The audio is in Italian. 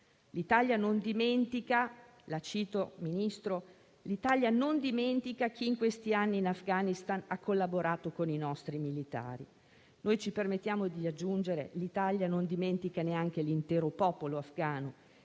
L'Italia non dimentica - la cito, signor Ministro - chi in questi anni in Afghanistan ha collaborato con i nostri militari. Ci permettiamo di aggiungere che l'Italia non dimentica neanche l'intero popolo afghano